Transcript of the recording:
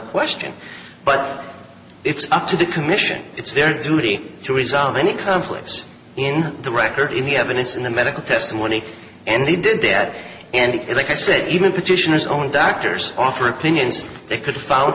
question but it's up to the commission it's their duty to resolve any conflicts in the record in the evidence in the medical testimony and they did that and like i said even petitioners own doctors offer opinions they could found